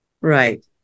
Right